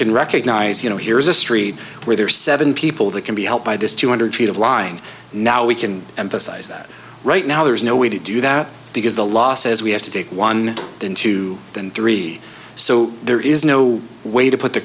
can recognize you know here's a street where there are seven people that can be helped by this two hundred feet of lying now we can emphasize that right now there is no way to do that because the law says we have to take one then two then three so there is no way to put the